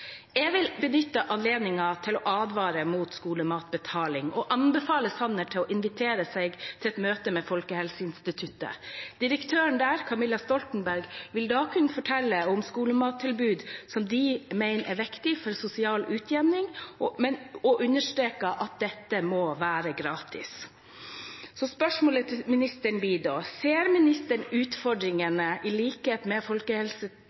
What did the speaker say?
Jeg vil benytte anledningen til å advare mot skolematbetaling, og anbefaler Sanner å invitere seg selv til et møte med Folkehelseinstituttet. Direktøren der, Camilla Stoltenberg, vil da kunne fortelle om skolemattilbud som de mener er viktig for sosial utjevning, og understreke at dette må være gratis. Spørsmålet til ministeren blir da: Ser ministeren – i likhet med